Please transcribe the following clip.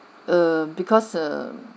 err because err